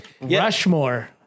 rushmore